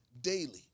daily